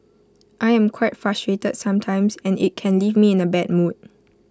I am quite frustrated sometimes and IT can leave me in A bad mood